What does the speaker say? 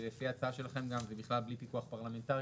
לפי ההצעה שלכם זה בכלל בלי פיקוח פרלמנטרי,